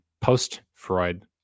post-Freud